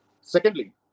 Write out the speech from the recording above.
Secondly